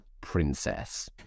Princess